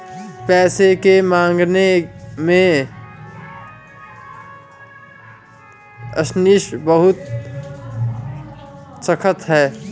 पैसे के मामले में अशनीर बहुत सख्त है